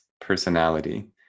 personality